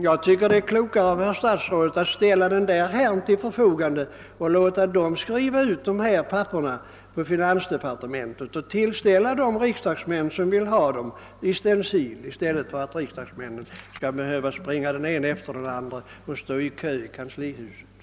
Jag tycker det vore klokare av herr statsrådet att ställa den här personalen till förfogan de för att skriva ut papperen inom finansdepartementet och distribuera dem i stencil till de riksdagsmän som vill ha dem i stället för att riksdagsmännen skall behöva springa den ene efter den andre till kanslihuset för att stå i kö.